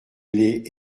les